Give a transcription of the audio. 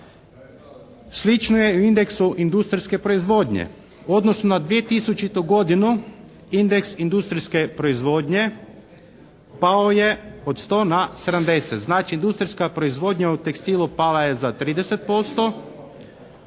Slično je i u indeksu industrijske proizvodnje. U odnosu na 2000. godinu indeks industrijske proizvodnje pao je od 100 na 70. Znači, industrijska proizvodnja u tekstilu pala je za 30%,